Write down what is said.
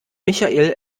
michael